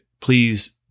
please